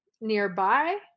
nearby